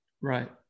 Right